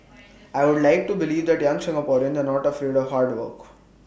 I would like to believe that young Singaporeans that are not afraid of hard work